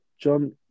John